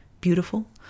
beautiful